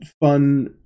fun